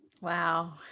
wow